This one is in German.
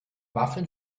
waffeln